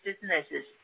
businesses